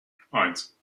eins